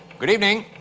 good evening.